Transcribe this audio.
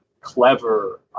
clever